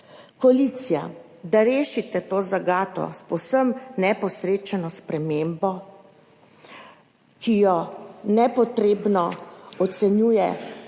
Koalicija, da rešite to zagato s povsem neposrečeno spremembo, ki jo kot nepotrebno ocenjuje